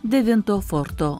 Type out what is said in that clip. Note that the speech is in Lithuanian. devinto forto